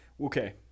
okay